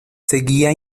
seguía